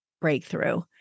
breakthrough